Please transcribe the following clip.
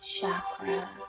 chakra